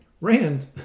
rand